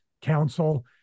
council